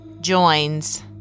joins